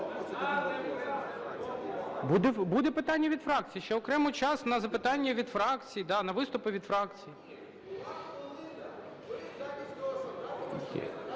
Буде питання від фракцій, ще окремо час на запитання від фракцій, да, на виступи від фракцій.